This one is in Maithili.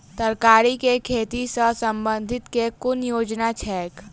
तरकारी केँ खेती सऽ संबंधित केँ कुन योजना छैक?